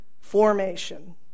formation